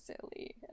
silly